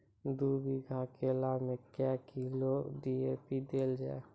दू बीघा केला मैं क्या किलोग्राम डी.ए.पी देले जाय?